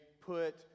put